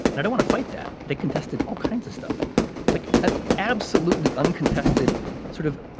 and to want to fight that they contested all kinds of stuff like an absolutely uncontested sort of